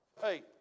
Hey